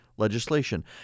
legislation